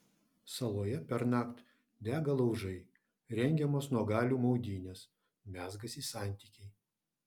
saloje pernakt dega laužai rengiamos nuogalių maudynės mezgasi santykiai